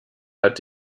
hat